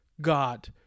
God